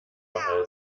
behalten